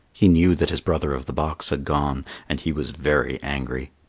he knew that his brother of the box had gone. and he was very angry.